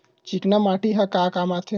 चिकना माटी ह का काम आथे?